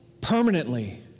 permanently